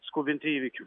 skubinti įvykių